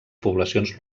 poblacions